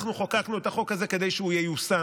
אנחנו חוקקנו את החוק הזה כדי שהוא ייושם,